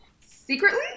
secretly